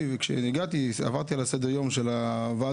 כשהגעתי היום עברתי על סדר-היום של הוועדות,